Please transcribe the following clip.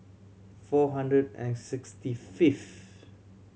four hundred and sixty fifth